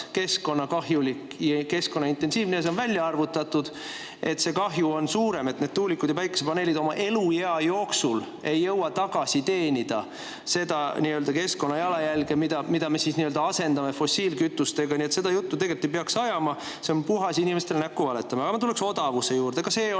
keskkonnakahjulik ja keskkonnaintensiivne. On välja arvutatud, et see kahju on väga suur, need tuulikud ja päikesepaneelid oma eluea jooksul ei jõua tagasi teenida seda keskkonnajalajälge, kui me fossiilkütused nendega asendame. Nii et seda juttu tegelikult ei peaks ajama, see on puhas inimestele näkku valetamine. Aga ma tuleksin odavuse juurde.